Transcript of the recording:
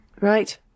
Right